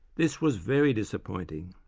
this was very disappointing.